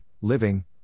living